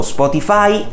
Spotify